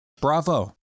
bravo